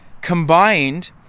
combined